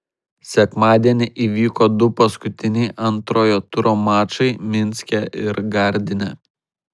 sekmadienį įvyko du paskutiniai antrojo turo mačai minske ir gardine